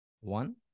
One